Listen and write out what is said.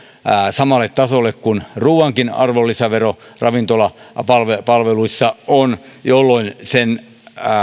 samalle tasolle kuin ruuankin arvonlisävero ravintolapalveluissa on jolloin sen